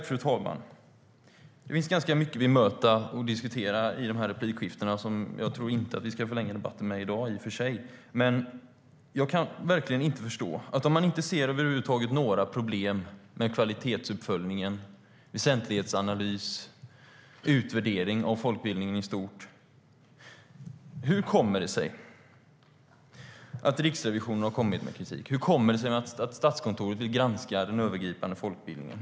Fru talman! Det finns ganska mycket att bemöta och diskutera i de här replikskiftena. Jag tror inte att vi ska förlänga debatten med det i dag, i och för sig, men jag kan verkligen inte förstå att man inte ser några problem över huvud taget när det gäller kvalitetsuppföljning, väsentlighetsanalys och utvärdering av folkbildningen i stort. Hur kommer det sig att Riksrevisionen har kommit med kritik? Hur kommer det sig att Statskontoret vill granska den övergripande folkbildningen?